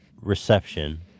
reception